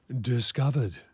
discovered